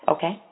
Okay